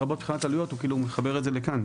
לרבות מבחינת עלויות" הוא מחבר את זה לכאן,